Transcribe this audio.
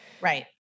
Right